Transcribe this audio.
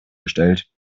gestellt